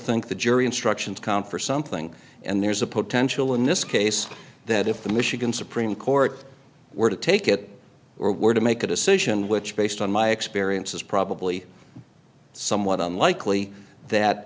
think the jury instructions con for something and there's a potential in this case that if the michigan supreme court were to take it or were to make a decision which based on my experience is probably somewhat unlikely